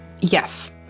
Yes